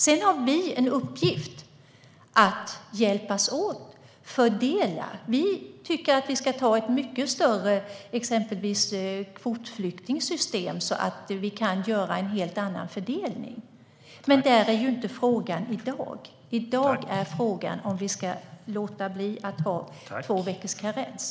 Sedan har vi en uppgift att hjälpas åt att fördela. Vi tycker till exempel att vi ska ha ett mycket större kvotflyktingssystem, så att vi kan göra en helt annan fördelning. Men det är ju inte frågan i dag. I dag är frågan om huruvida vi ska låta bli att ha två veckors karens.